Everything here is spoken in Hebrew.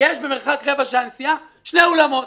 יש במרחק רבע שעה נסיעה שני אולמות,